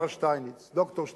ד"ר שטייניץ.